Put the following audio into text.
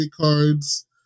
cards